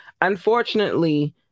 Unfortunately